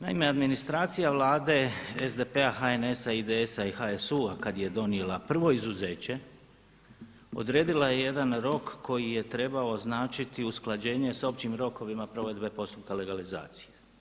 Naime, administracija Vlade SDP-a, HNS-a, IDS-a i HSU-a kada je donijela prvo izuzeće odredila je jedan rok koji je trebao označiti usklađenje sa općim rokovima provedbe postupka legalizacije.